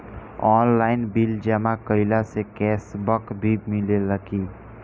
Online bill जमा कईला से कैश बक भी मिलेला की?